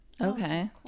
Okay